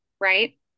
right